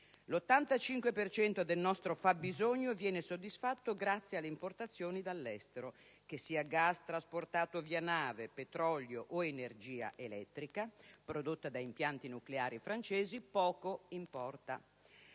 cento del nostro fabbisogno viene soddisfatto grazie alle importazioni dall'estero. Che sia gas trasportato via mare, petrolio o energia elettrica prodotta da impianti nucleari francesi poco importa: